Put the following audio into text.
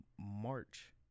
March